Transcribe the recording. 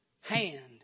hand